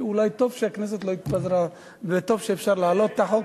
אולי טוב שהכנסת לא התפזרה וטוב שאפשר להעלות את החוק.